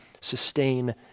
sustain